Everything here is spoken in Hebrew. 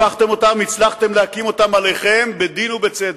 הפכתם אותם, הצלחתם להקים אותם עליכם בדין ובצדק.